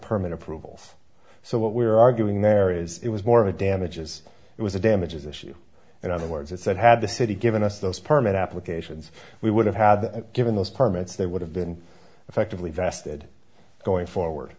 permit approvals so what we are arguing there is it was more of a damages it was a damages issue in other words it said had the city given us those permit applications we would have had given those permits they would have been effectively vested going forward